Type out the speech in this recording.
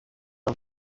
gen